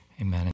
Amen